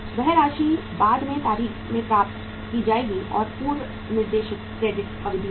वह राशि बाद की तारीख में प्राप्त की जाएगी और पूर्व निर्दिष्ट क्रेडिट अवधि है